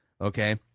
Okay